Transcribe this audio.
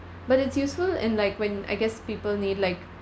but it's useful and like when I guess people need like